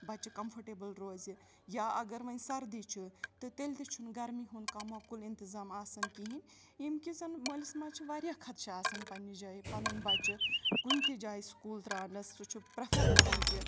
بَچہٕ کَمفٲٹیبٕل روزِ یا اگر وۄنۍ سردی چھُ تہٕ تیٚلہِ تہِ چھُنہٕ گرمی ہُنٛد کانٛہہ مۄکل اِنتظام آسَان کِہیٖنۍ ییٚمہِ کہِ زَن مٲلِس ما چھِ واریاہ خدشہٕ آسَان پَنٛنہِ جایہِ پَنٕنُن بَچہٕ کُنہِ تہِ جایہِ سکوٗل ترٛاونَس سُہ چھُ پرٮ۪فَر کَرَان کہِ